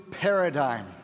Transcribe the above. paradigm